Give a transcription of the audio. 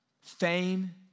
Fame